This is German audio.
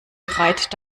bereit